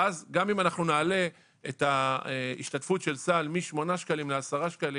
ואז גם אם נעלה את ההשתתפות של סל משמונה שקלים לעשרה שקלים,